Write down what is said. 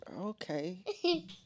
Okay